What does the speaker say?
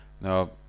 Now